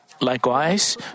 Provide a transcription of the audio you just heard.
Likewise